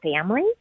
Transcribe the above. family